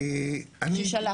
בסדר גמור.